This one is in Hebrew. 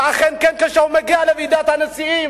ואכן כן, כשהוא מגיע לוועידת הנשיאים,